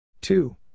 Two